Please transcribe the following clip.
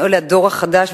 זה הדור החדש,